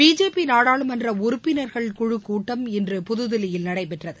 BJP நாடாளுமன்ற உறுப்பினர்கள் குழுக் கூட்டம் இன்று புதுதில்லியில் நடைபெற்றது